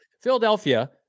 Philadelphia